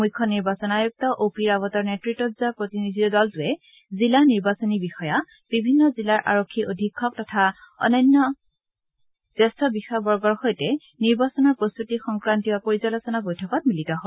মুখ্য নিৰ্বাচন আয়ুক্ত অ' পি ৰাৱটৰ নেতৃতত যোৱা প্ৰতিনিধি দলটোৱে জিলা নিৰ্বাচনী বিষয়া বিভিন্ন জিলাৰ আৰক্ষী অধীক্ষক তথা অন্যান্য জ্যেষ্ঠ বিষয়াবৰ্গৰ সৈতে নিৰ্বাচনৰ প্ৰস্ত্বতি সংক্ৰান্তীয় পৰ্যালোচনা বৈঠকত মিলিত হয়